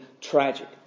tragic